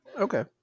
Okay